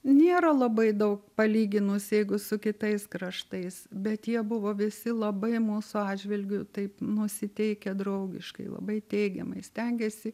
nėra labai daug palyginus jeigu su kitais kraštais bet jie buvo visi labai mūsų atžvilgiu taip nusiteikę draugiškai labai teigiamai stengėsi